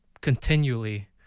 continually